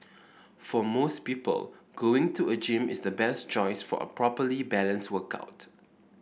for most people going to a gym is the best choice for a properly balanced workout